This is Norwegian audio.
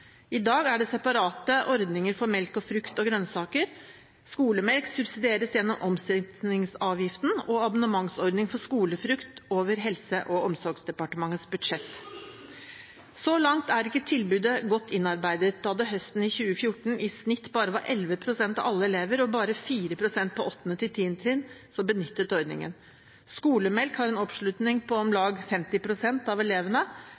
I dag er det separate ordninger for melk og frukt og grønnsaker. Skolemelk subsidieres gjennom omsetningsavgiften, og abonnementsordningen for skolefrukt subsidieres over Helse- og omsorgsdepartementets budsjett. Så langt er ikke tilbudet godt innarbeidet, da det høsten 2014 i snitt bare var 11 pst. av alle elever, og bare 4 pst. på 8.–10. trinn, som benyttet ordningen. Skolemelk har en oppslutning på om lag 50 pst. av elevene,